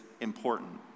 important